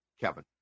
Kevin